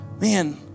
Man